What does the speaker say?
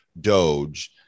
Doge